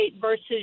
versus